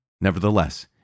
Nevertheless